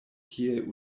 kiel